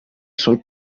sol